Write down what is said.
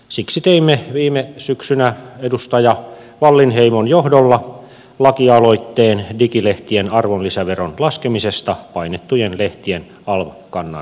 siksi teimme viime syksynä edustaja wallinheimon johdolla lakialoitteen digilehtien arvonlisäveron laskemisesta painettujen lehtien alv kannan tasolle